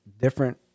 different